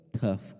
tough